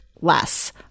less